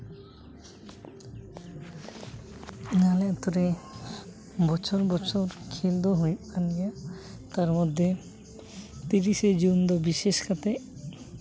ᱟᱞᱮ ᱟᱹᱛᱩ ᱨᱮ ᱵᱚᱪᱷᱚᱨᱼᱵᱚᱪᱷᱚᱨ ᱠᱷᱮᱞ ᱫᱚ ᱦᱩᱭᱩᱜ ᱠᱟᱱ ᱜᱮᱭᱟ ᱛᱟᱨ ᱢᱚᱫᱽᱫᱷᱮ ᱛᱤᱨᱤᱥᱮ ᱡᱩᱱ ᱫᱚ ᱵᱤᱥᱮᱥ ᱠᱟᱛᱮᱫ